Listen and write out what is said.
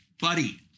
buddy